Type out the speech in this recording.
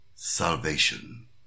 salvation